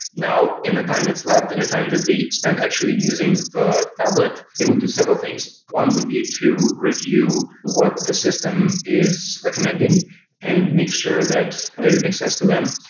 now, in the time that's left and the time that they spent actually using the tablet, they would do several things. one would be to review what the system is recommending and make sure that that it makes sense to them.